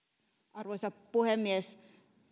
arvoisa puhemies